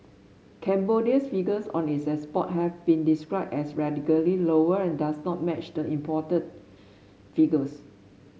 Cambodia's figures on its export have been described as radically lower and does not match the imported figures